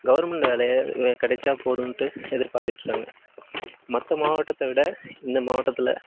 government வேலையே கிடச்சா போதுன்ட்டு எதிர் பார்த்துட்ருக்காங்க மற்ற மாவட்டத்தை விட இந்த மாவட்டத்தில்